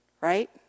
Right